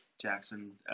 Jackson